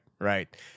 right